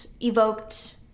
evoked